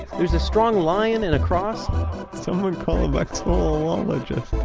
there's a strong lion and a cross someone call a vexillologist!